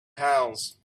pals